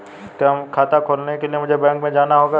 क्या खाता खोलने के लिए मुझे बैंक में जाना होगा?